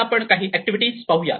आता काही ऍक्टिव्हिटी पाहू